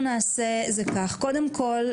קודם כל,